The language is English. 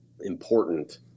important